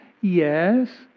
Yes